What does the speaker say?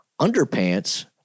underpants